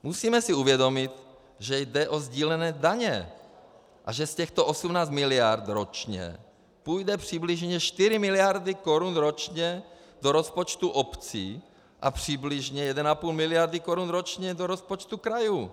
Musíme si uvědomit, že jde o sdílené daně a že z těchto 18 miliard ročně půjdou přibližně 4 miliardy korun ročně do rozpočtů obcí a přibližně 1,5 miliardy korun ročně do rozpočtů krajů.